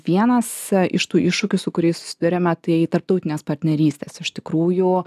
vienas iš tų iššūkių su kuriais susiduriame tai tarptautinės partnerystės iš tikrųjų